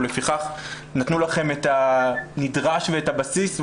ולפיכך נתנו לכם את הנדרש ואת הבסיס,